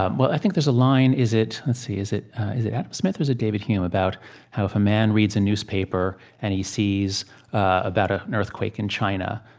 ah well, i think there's a line is it, let's and see, is it is it adam smith or is it david hume? about how if a man reads a newspaper and he sees about ah an earthquake in china,